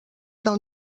del